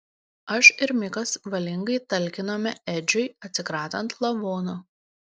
aš ir mikas valingai talkinome edžiui atsikratant lavono